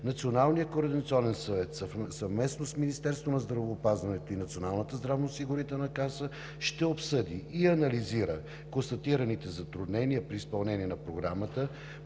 Националният координационен съвет, съвместно с Министерството на здравеопазването и Националната здравноосигурителна каса, ще обсъди и анализира констатираните затруднения при изпълнение на Програмата,